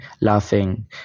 laughing